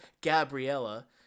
Gabriella